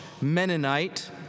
Mennonite